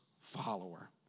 follower